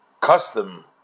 custom